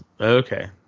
okay